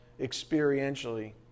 experientially